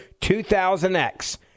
2000X